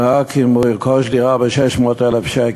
רק אם הוא ירכוש דירה ב-600,000 שקל,